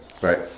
right